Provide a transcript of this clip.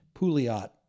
pouliot